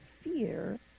fear